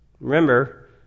Remember